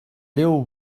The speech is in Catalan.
déu